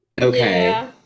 Okay